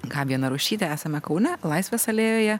gabija narušytė esame kaune laisvės alėjoje